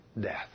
death